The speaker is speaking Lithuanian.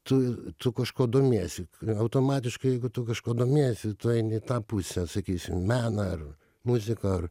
tu tu kažkuo domiesi automatiškai jeigu tu kažkuo domiesi tu eini į tą pusę sakysim meną ar muziką ar